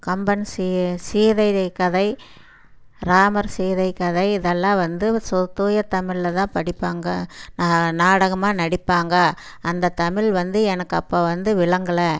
கம்பன் சீ சீதையை கதை இராமர் சீதை கதை இதெல்லாம் வந்து சு தூய தமிழில்தான் படிப்பாங்க நா நாடகமாக நடிப்பாங்க அந்த தமிழ் வந்து எனக்கு அப்போ வந்து விளங்கலை